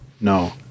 No